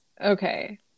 okay